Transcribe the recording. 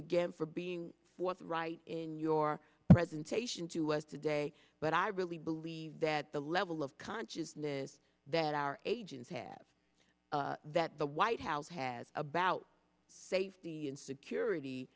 again for being what's right in your presentation to us today but i really believe that the level of consciousness that our agents have that the white house has about safety and security